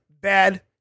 bad